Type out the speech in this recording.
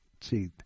see